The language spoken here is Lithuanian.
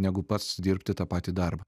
negu pats dirbti tą patį darbą